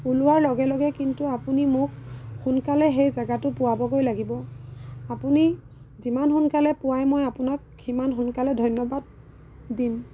ওলোৱাৰ লগে লগে কিন্তু আপুনি মোক সোনকালে সেই জেগাটো পোৱাবগৈ লাগিব আপুনি যিমান সোনকালে পোৱাই মই আপোনাক সিমান সোনকালে ধন্যবাদ দিম